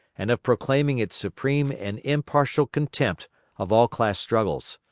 and of proclaiming its supreme and impartial contempt of all class struggles.